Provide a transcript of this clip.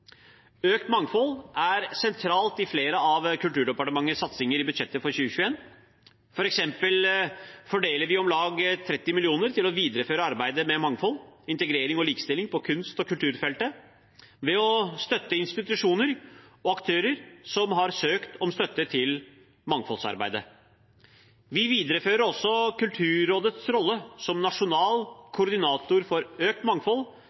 Økt mangfold er sentralt i flere av Kulturdepartementets satsinger i budsjettet for 2021. For eksempel fordeler vi om lag 30 mill. kr til å videreføre arbeidet med mangfold, integrering og likestilling på kunst- og kulturfeltet ved å støtte institusjoner og aktører som har søkt om støtte til mangfoldsarbeid. Vi viderefører også Kulturrådets rolle som nasjonal koordinator for økt mangfold,